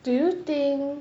do you think